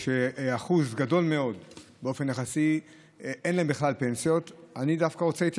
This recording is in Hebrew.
שאחוז גדול מאוד באופן יחסי אין להם בכלל פנסיות,